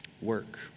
work